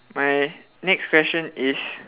my next question is